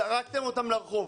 זרקתם אותם לרחוק.